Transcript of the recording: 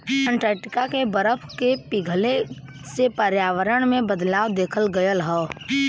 Antarctica के बरफ के पिघले से पर्यावरण में बदलाव देखल गयल हौ